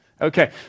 Okay